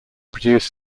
produce